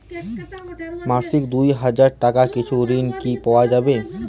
মাসিক দুই হাজার টাকার কিছু ঋণ কি পাওয়া যাবে?